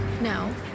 No